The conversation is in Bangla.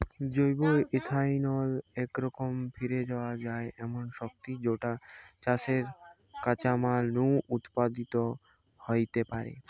জৈব ইথানল একরকম ফিরে পাওয়া যায় এমনি শক্তি যৌটা চাষের কাঁচামাল নু উৎপাদিত হেইতে পারে